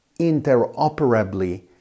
interoperably